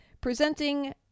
presenting